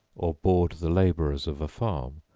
or board the laborers of a farm,